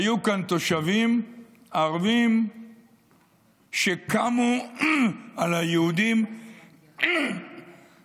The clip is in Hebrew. היו כאן תושבים ערבים בארץ ישראל שקמו על יהודי הארץ לכלותם,